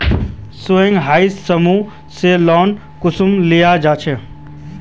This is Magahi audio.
स्वयं सहायता समूह से लोन कुंसम लिया जाहा?